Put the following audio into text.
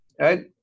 right